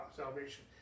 salvation